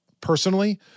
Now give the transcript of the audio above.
personally